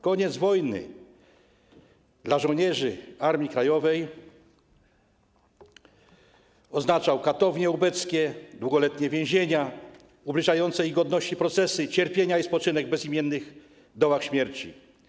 Koniec wojny dla żołnierzy Armii Krajowej oznaczał katownie ubeckie, długoletnie więzienia, ubliżające ich godności procesy, cierpienia i spoczynek w bezimiennych dołach śmierci.